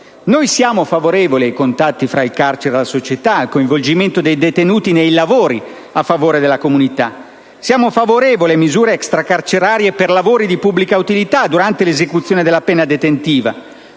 Siamo favorevoli ai contatti fra le carceri e la società, al coinvolgimento dei detenuti nei lavori a favore della comunità. Siamo favorevoli alle misure extracarcerarie per lavori di pubblica utilità durante l'esecuzione della pena detentiva.